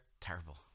Terrible